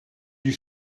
die